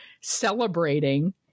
celebrating